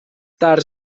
tard